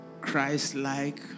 Christ-like